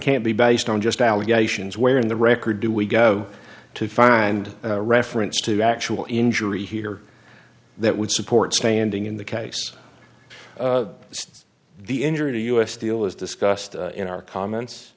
can't be based on just allegations where in the record do we go to find reference to actual injury here that would support standing in the case since the injury to u s steel is discussed in our comments